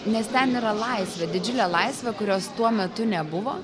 nes ten yra laisvė didžiulė laisvė kurios tuo metu nebuvo